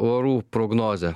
orų prognozę